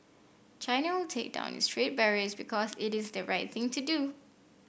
China will take down its trade barriers because it is the right thing to do